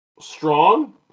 strong